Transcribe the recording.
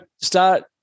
start